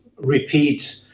repeat